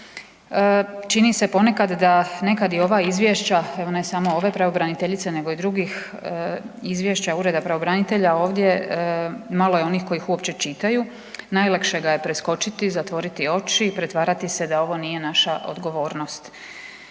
Čini se ponekad da nekad i ova izvješća, evo ne samo ove pravobraniteljice nego i drugih izvješća ureda pravobranitelja ovdje malo je onih koji ih uopće čitaju, najlakše ga je preskočiti, zatvoriti oči, pretvarati se da ovo nije naša odgovornost.